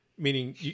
Meaning